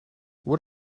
what